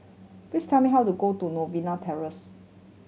please tell me how to go to Novena Terrace